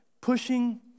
pushing